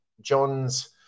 Johns